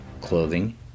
clothing